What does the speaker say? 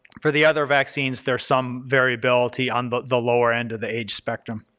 for the other vaccines there's some variability on but the lower end of the age spectrum.